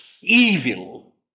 evil